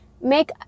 make